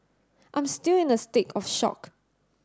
I'm still in a state of shock